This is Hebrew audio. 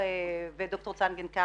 נמצא כאן דוקטור צנגן,